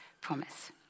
promise